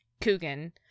Coogan